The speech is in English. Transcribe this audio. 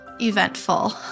eventful